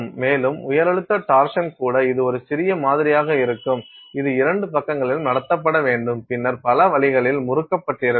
மேலும் உயர் அழுத்த டார்சன் கூட இது ஒரு சிறிய மாதிரியாக இருக்கும் இது இரண்டு பக்கங்களிலும் நடத்தப்பட வேண்டும் பின்னர் பல வழிகளில் முறுக்கப்பட்டிருக்கும்